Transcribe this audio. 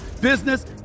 business